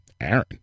Aaron